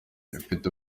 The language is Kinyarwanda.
ifite